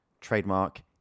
trademark